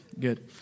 good